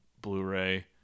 Blu-ray